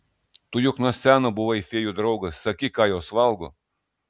tu juk nuo seno buvai fėjų draugas sakyk ką jos valgo